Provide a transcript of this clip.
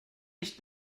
nicht